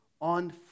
on